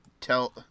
tell